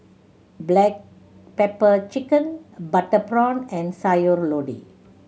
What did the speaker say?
black pepper chicken butter prawn and Sayur Lodeh